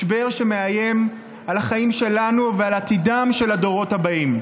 משבר שמאיים על החיים שלנו ועל עתידם של הדורות הבאים.